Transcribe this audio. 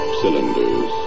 cylinders